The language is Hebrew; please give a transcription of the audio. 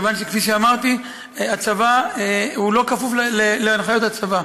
כיוון שהוא לא כפוף להנחיות הצבא,